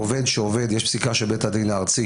עובד שעובד, יש פסיקה של בית הדין הארצי